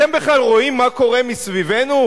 אתם בכלל רואים מה קורה מסביבנו?